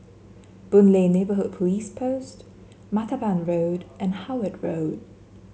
Boon Lay Neighbourhood Police Post Martaban Road and Howard Road